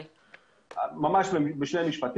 כל מיני התרעות שהביאו להפסקת